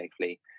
safely